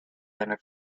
and